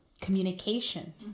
communication